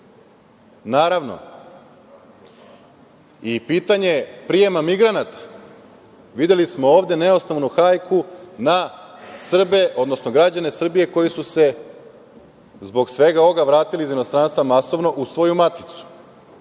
Naravno, i pitanje prijema migranata. Videli smo ovde neosnovanu hajku na Srbe, odnosno građane Srbije koji su se zbog svega ovog vratili iz inostranstva, masovno, u svoju maticu.